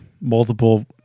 multiple